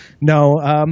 no